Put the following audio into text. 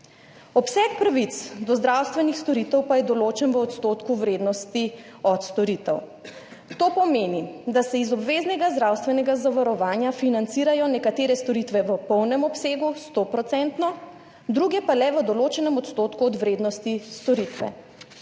Obseg pravic do zdravstvenih storitev pa je določen v odstotku vrednosti od storitev. To pomeni, da se iz obveznega zdravstvenega zavarovanja financirajo nekatere storitve v polnem obsegu, 100-odstotno, druge pa le v določenem odstotku od vrednosti storitve.